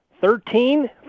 Thirteen